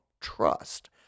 trust